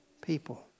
people